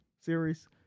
series